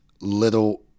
little